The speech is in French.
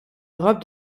europe